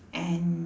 and